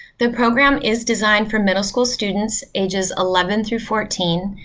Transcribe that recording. the program is designed for middle school students ages eleven through fourteen.